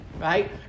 right